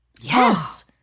Yes